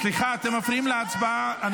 סליחה, אתם מפריעים להצבעה.